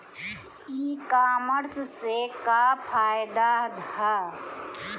ई कामर्स से का फायदा ह?